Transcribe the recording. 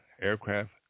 aircraft